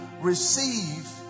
receive